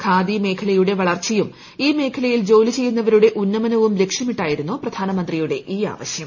ഖാദി മേഖലയുടെ വളർച്ചയ്ക്കും ഈ മേഖലയിൽ ജോലി ചെയ്യുന്നവരുടെ ഉന്നമനവും ലക്ഷ്യമിട്ടായിരുന്നു പ്രധാനമന്ത്രിയുടെ ഈ ആവശ്യം